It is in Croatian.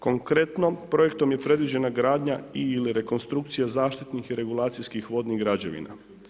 Konkretno projektom je predviđena gradnja i/ili rekonstrukcija zaštitnih i regulacijskih vodnih građevina.